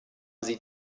sie